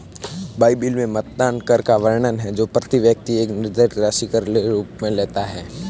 Bible में मतदान कर का वर्णन है जो प्रति व्यक्ति एक निर्धारित राशि कर के रूप में लेता है